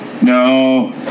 No